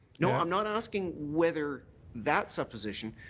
no, i'm not asking whether that's supposition.